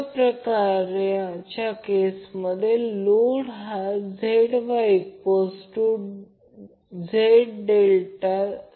तर phase स्त्रोतासाठी phase voltage line voltage